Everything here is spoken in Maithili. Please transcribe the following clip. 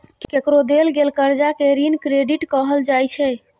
केकरो देल गेल करजा केँ ऋण क्रेडिट कहल जाइ छै